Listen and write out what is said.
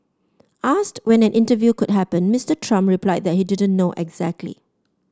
asked when an interview could happen Mister Trump replied that he didn't know exactly